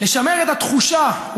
לשמר את התחושה.